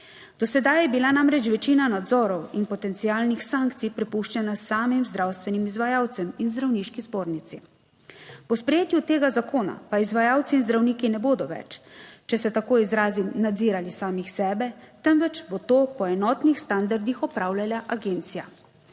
Do sedaj je bila namreč večina nadzorov in potencialnih sankcij prepuščena samim zdravstvenim izvajalcem in Zdravniški zbornici, po sprejetju tega zakona pa izvajalci in zdravniki ne bodo več, če se tako izrazim, nadzirali samih sebe, temveč bo to po enotnih standardih opravljala agencija.